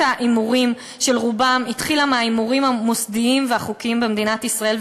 ההימורים של רובם התחילה מההימורים המוסדיים והחוקיים במדינת ישראל,